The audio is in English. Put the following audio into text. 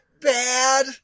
bad